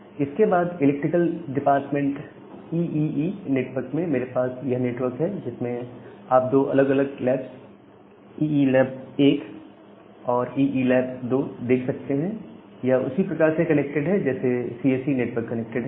और इसके बाद इलेक्ट्रिकल डिपार्टमेंट ईईई नेटवर्क में मेरे पास यह नेटवर्क है जिसमें आप 2 अलग अलग लैब्स ईई लैब 1 और ईई लैब 2 देख सकते हैं और ये उसी प्रकार कनेक्टेड है जैसे सीएसई नेटवर्क कनेक्टेड है